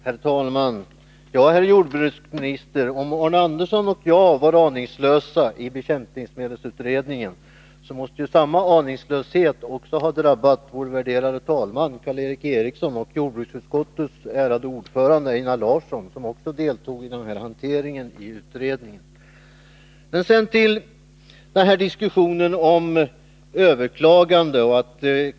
Herr talman! Ja, herr jordbruksminister, om Arne Andersson i Ljung och jag var aningslösa i bekämpningsmedelsutredningen, måste samma aningslöshet också ha drabbat vår värderade talman Karl Erik Eriksson och jordbruksutskottets ärade ordförande Einar Larsson, som också deltog i denna hantering i utredningen. Sedan till diskussionen om överklagande.